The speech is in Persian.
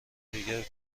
دیگر